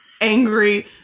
angry